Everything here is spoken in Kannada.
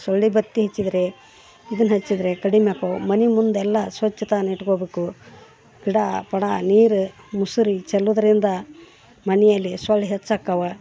ಸೊಳ್ಳೆ ಬತ್ತಿ ಹಚ್ಚಿದರೆ ಇದನ್ನು ಹಚ್ಚಿದರೆ ಕಡಿಮೆ ಆಕ್ಕವು ಮನೆಮುಂದೆಲ್ಲಾ ಸ್ವಚ್ಛತಾ ಇಟ್ಕೊಬೇಕು ಗಿಡಾ ಪಡಾ ನೀರು ಮುಸುರೆ ಚಲ್ಲೋದ್ರಿಂದ ಮನೆಯಲಿ ಸೊಳ್ಳೆ ಹೆಚ್ಚಾಕ್ಕವ